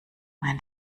mein